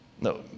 no